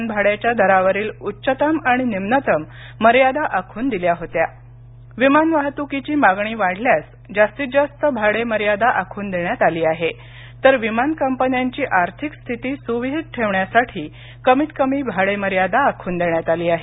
विमान भाड्याच्या दरावरील उच्चतम आणि निम्नतम मर्यादा आखून दिल्या होत्या मागणी वाढल्यास जास्तीत जास्त भाडे मर्यादा आखून देण्यात आली आहे तर विमान कंपन्यांची आर्थिक स्थिती सुविहित ठेवण्यासाठी कमीत कमी भाडे मर्यादा आखून देण्यात आली आहे